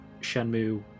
Shenmue